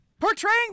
Portraying